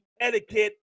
etiquette